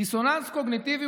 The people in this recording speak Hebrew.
דיסוננס קוגניטיבי,